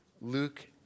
Luke